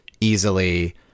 easily